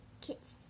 kids